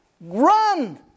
run